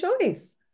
choice